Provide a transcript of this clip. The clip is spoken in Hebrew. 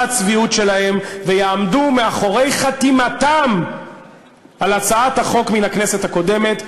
הצביעות שלהם ויעמדו מאחורי חתימתם על הצעת החוק מן הכנסת הקודמת,